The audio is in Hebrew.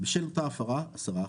בשל אותה הפרה 10%,